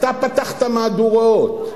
אתה פתחת מהדורות,